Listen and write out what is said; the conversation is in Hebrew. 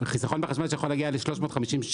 -- החיסכון בחשמל יכול להגיע ל-350 ש"ח